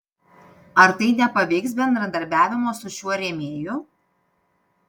ar tai nepaveiks bendradarbiavimo su šiuo rėmėju